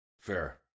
Fair